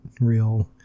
real